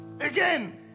Again